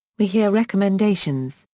we hear recommendations,